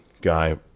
guy